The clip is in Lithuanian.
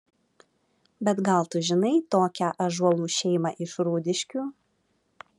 bet gal tu žinai tokią ąžuolų šeimą iš rūdiškių